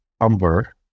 umber